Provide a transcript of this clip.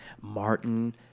Martin